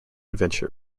venture